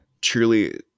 Truly